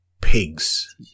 pigs